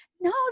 No